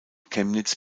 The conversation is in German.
chemnitz